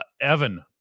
Evan